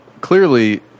clearly